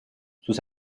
sus